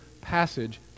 passage